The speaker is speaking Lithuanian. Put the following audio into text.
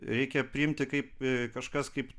reikia priimti kaip kažkas kaip